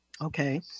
Okay